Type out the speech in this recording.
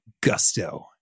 gusto